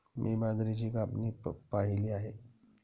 मी बाजरीची कापणी पाहिली आहे